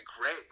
great